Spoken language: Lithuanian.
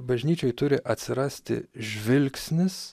bažnyčioj turi atsirasti žvilgsnis